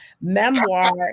Memoir